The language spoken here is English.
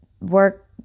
work